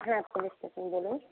হ্যাঁ police station বলুন